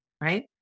right